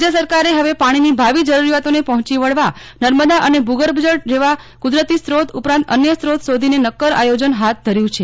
રાજ્ય સરકારે હવે પાણીની ભાવિ જરૂરિયાતોને પહોંચી વળવા નર્મદા અને ભુગર્ભજળ જેવા કુદર ઉપરાંત અન્ય સ્ત્રોત શોધીને નક્કર આયોજન હાથ ધર્યુ છે